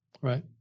Right